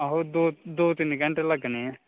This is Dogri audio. आहो दो दो तिन घैंटे लगनें न